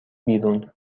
بیرون